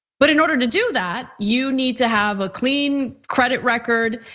but in order to do that, you need to have a clean credit record.